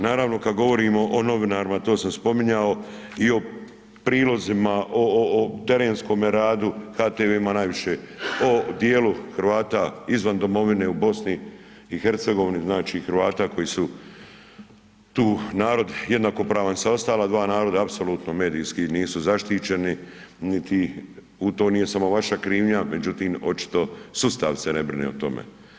Naravno kada govorimo o novinarima, to sam spominjao i o prilozima, o terenskome ratu HTV ima najviše o dijelu Hrvata izvan domovine u BiH, znači Hrvata koji su tu narod jednakopravan narod sa ostala dva naroda apsolutno medijski nisu zaštićeni i to nije samo vaša krivnja, međutim očito sustav se ne brine o tome.